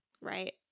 Right